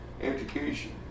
education